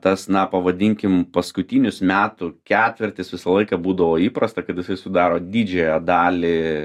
tas na pavadinkim paskutinis metų ketvirtis visą laiką būdavo įprasta kad jisai sudaro didžiąją dalį